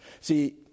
See